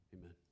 Amen